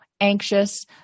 anxious